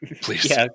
Please